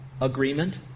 agreement